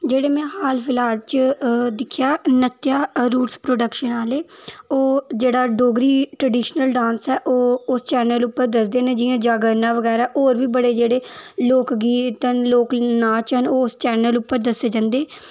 जेह्ड़े मै हाल फिलहाल च दिखेआ नत्या रुट्स प्रोडक्शन आह्ले ओह् जेह्ड़ा डोगरी ट्रडीशनल डान्स ऐ ओह् उस चैनल उप्पर दसदे न जियां जागरना बगैरा होर बी बड़े जेह्ड़े लोक गीत न लोक नाच न ओह् उस चैनल उप्पर दस्से जन्दे